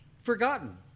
forgotten